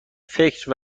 فکر